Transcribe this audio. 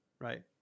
right